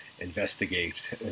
investigate